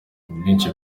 ubwinshi